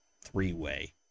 three-way